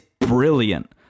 brilliant